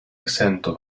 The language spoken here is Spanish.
exento